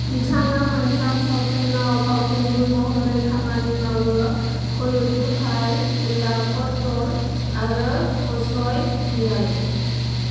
बिथाङा मोनथाम सावथुनाव फावखुंगुर महरै खामानि मावो कयोडु काई उल्ला कदथल आरो पचई निरामे